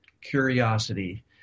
curiosity